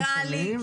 נראה לי.